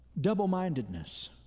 double-mindedness